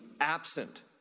absent